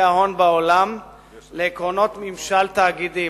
ההון בעולם לעקרונות ממשל תאגידי,